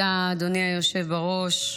היושב בראש.